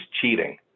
cheating